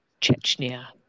chechnya